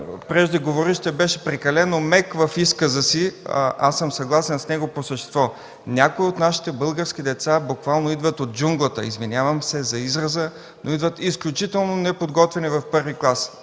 преждеговорившият беше прекалено мек в изказа си. Аз съм съгласен с него по същество. Някои от нашите български деца буквално идват от джунглата. Извинявам се за израза, но идват изключително неподготвени в първи клас.